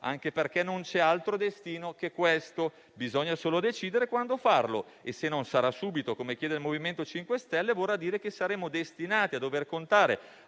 anche perché non c'è altro destino che questo. Bisogna solo decidere quando farlo e, se non sarà subito, come chiede il MoVimento 5 Stelle, vorrà dire che saremo destinati a contare